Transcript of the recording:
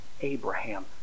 Abraham